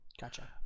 Gotcha